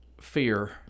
fear